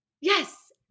Yes